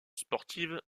sportive